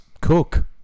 cook